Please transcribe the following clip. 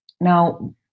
Now